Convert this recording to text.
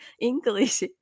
English